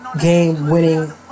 game-winning